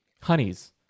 Honey's